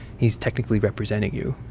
he's technically representing you.